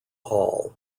hall